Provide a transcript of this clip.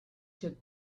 took